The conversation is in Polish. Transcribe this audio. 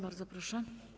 Bardzo proszę.